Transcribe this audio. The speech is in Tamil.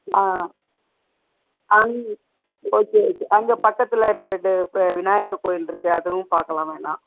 அங் ஓகே ஓகே அங்கே பக்கத்தில் இன்னும் ரெண்டு இப்போ விநாயகர் கோயிலிருக்கு அதுவும் பார்க்கலாம் வேணால்